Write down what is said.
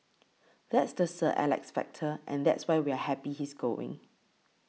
that's the Sir Alex factor and that's why we're happy he's going